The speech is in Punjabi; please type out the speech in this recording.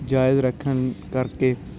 ਜਾਇਜ਼ ਰੱਖਣ ਕਰਕੇ